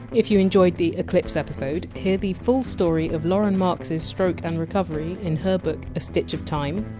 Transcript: if you enjoyed the eclipse episode, hear the full story of lauren marks! s stroke and recovery in her book a stitch of time.